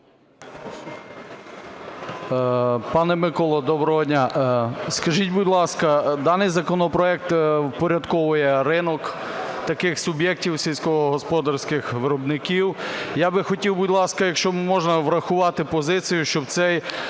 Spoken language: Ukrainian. Пане Миколо, доброго дня. Скажіть, будь ласка, даний законопроект впорядковує ринок таких суб'єктів сільськогосподарських виробників. Я би хотів, будь ласка, якщо можна, врахувати позицію, щоб це